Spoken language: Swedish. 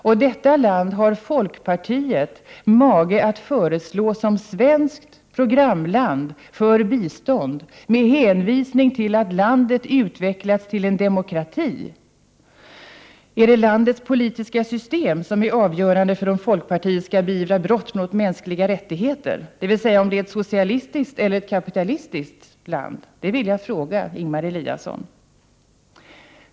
Och detta land har folkpartiet mage att föreslå som svenskt programland för bistånd, med hänvisning till att landet utvecklats till en demokrati! Är det landets politiska system som är avgörande för om folkpartiet skall beivra brott mot mänskliga rättigheter, dvs. om det är ett socialistiskt eller kapitalistiskt land? Det vill jag fråga Ingemar Eliasson.